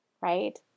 right